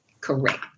Correct